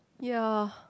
ya